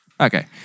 Okay